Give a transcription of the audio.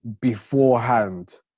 beforehand